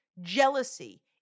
jealousy